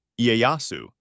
Ieyasu